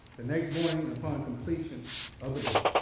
the next morning upon completion of the book,